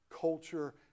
culture